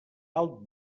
alt